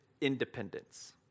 independence